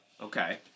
Okay